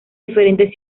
diferentes